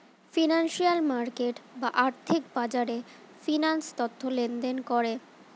financial market বা আর্থিক বাজারে ফিন্যান্স তথ্য লেনদেন করে